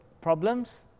problems